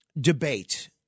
debate